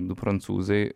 du prancūzai